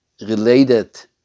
related